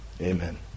Amen